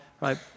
right